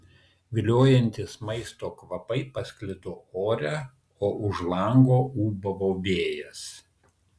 viliojantys maisto kvapai pasklido ore o už lango ūbavo vėjas